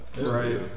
Right